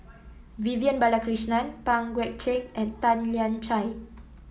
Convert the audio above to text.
Vivian Balakrishnan Pang Guek Cheng and Tan Lian Chye